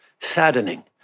saddening